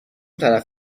طرف